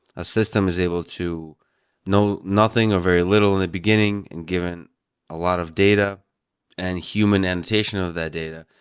a system is able to know nothing or very little in the beginning and given a lot of data and human annotation of that data.